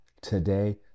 Today